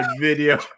video